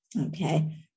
Okay